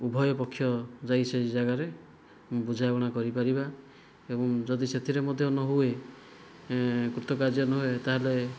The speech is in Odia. ଉଭୟପକ୍ଷ ଯାଇ ସେ ଯାଗାରେ ବୁଝାମଣା କରିପାରିବା ଏବଂ ଯଦି ସେଥିରେ ମଧ୍ୟ ନହୁଏ କୃତକାର୍ଯ୍ୟ ନହୁଏ ତା'ହେଲେ